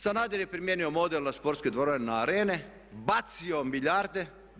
Sanader je primijenio model na sportske dvorane, na arene, bacio milijarde.